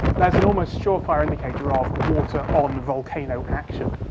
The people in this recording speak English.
that's an almost sure-fire indicator of water on volcanic action.